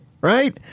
right